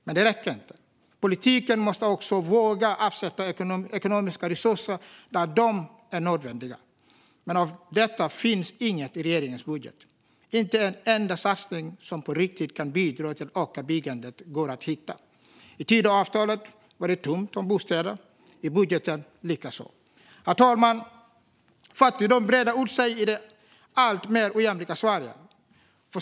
Men det räcker inte, utan politiken måste också våga avsätta ekonomiska resurser där de är nödvändiga. Av detta finns dock inget i regeringens budget. Inte en enda satsning som på riktigt kan bidra till ett ökat byggande går att hitta. I Tidöavtalet var det tomt på bostäder, i budgeten likaså. Herr talman! Fattigdomen breder ut sig i det allt mer ojämlika Sverige.